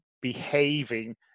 behaving